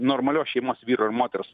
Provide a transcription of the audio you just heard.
normalios šeimos vyro ir moters